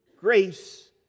grace